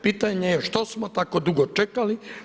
Pitanje je, što smo tako dugo čekali?